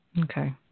Okay